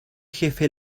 jefe